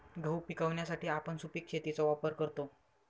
गहू पिकवण्यासाठी आपण सुपीक शेतीचा वापर करतो